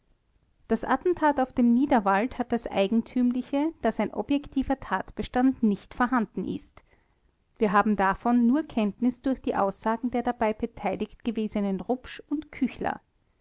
das attentat auf dem niederwald hat das eigentümliche daß ein objektiver tatbestand nicht vorhanden ist wir haben davon nur kenntnis durch die aussagen der dabei beteiligt gewesenen rupsch und küchler